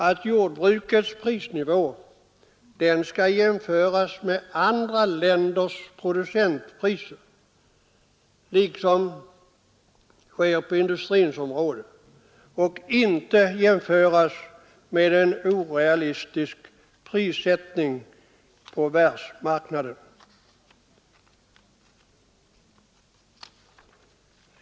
Men jordbrukets prisnivå skall jämföras med andra länders producentpriser, i likhet med vad som sker på industrins område, och inte med en orealistisk prissättning på världsmarknaden.